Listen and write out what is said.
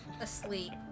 asleep